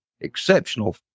exceptional